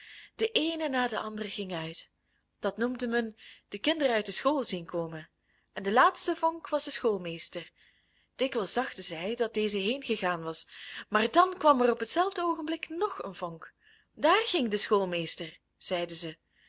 de eene na de andere ging uit dat noemde men de kinderen uit de school zien komen en de laatste vonk was de schoolmeester dikwijls dachten zij dat deze heengegaan was maar dan kwam er op hetzelfde oogenblik nog een vonk daar ging de schoolmeester zeiden zij